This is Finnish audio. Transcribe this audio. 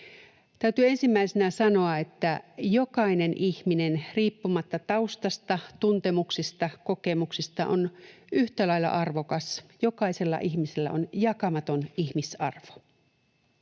Täytyy ensimmäisenä sanoa, että jokainen ihminen riippumatta taustasta, tuntemuksista, kokemuksista on yhtä lailla arvokas. Jokaisella ihmisellä on jakamaton ihmisarvo,